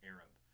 Arab